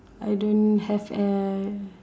I don't have uh